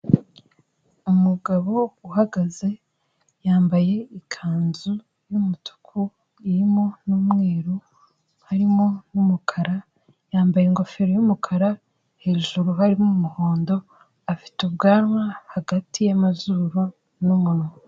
Umugabo uhagaze yambaye ikanzu y'umutuku irimo n'umweru harimo n'umukara, yambaye ingofero y'umukara hejuru harimo umuhondo, afite ubwanwa hagati y'amazuru n'umunwa.